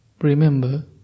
remember